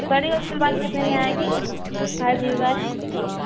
बड़ा वाला मोबाइल कितने में आएगा फाइव जी वाला